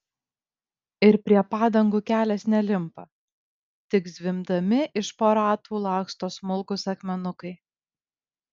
ir prie padangų kelias nelimpa tik zvimbdami iš po ratų laksto smulkūs akmenukai